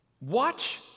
watch